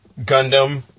Gundam